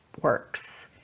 works